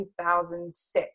2006